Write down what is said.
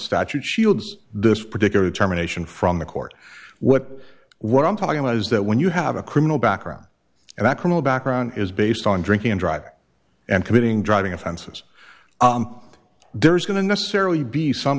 statute shields this particular terminations from the court what what i'm talking about is that when you have a criminal background and that criminal background is based on drinking and driving and committing driving offenses there is going to necessarily be some